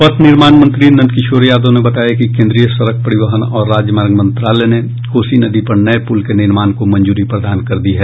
पथ निर्माण मंत्री नंदकिशोर यादव ने बताया कि केंद्रीय सड़क परिवहन और राजमार्ग मंत्रालय ने कोसी नदी पर नये पूल के निर्माण को मंजूरी प्रदान कर दी है